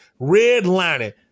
redlining